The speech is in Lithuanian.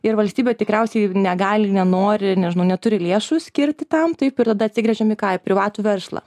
ir valstybė tikriausiai negali nenori nežinau neturi lėšų skirti tam taip ir tada atsigręžėme į ką į privatų verslą